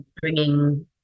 bringing